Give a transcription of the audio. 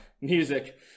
music